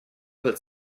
but